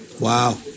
Wow